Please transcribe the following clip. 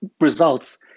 results